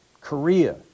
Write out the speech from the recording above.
Korea